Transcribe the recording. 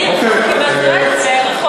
זה מרחוב,